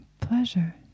pleasure